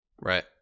right